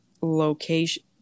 location